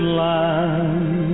land